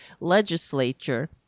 legislature